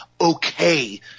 okay